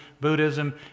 Buddhism